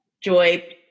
Joy